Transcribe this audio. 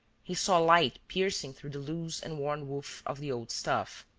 he saw light piercing through the loose and worn woof of the old stuff.